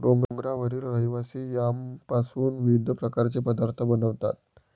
डोंगरावरील रहिवासी यामपासून विविध प्रकारचे पदार्थ बनवतात